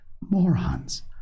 Morons